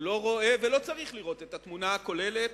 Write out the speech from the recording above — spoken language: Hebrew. הוא לא רואה ולא צריך לראות את התמונה הכוללת,